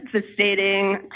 devastating